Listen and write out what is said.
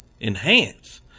enhance